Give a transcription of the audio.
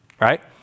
right